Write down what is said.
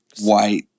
white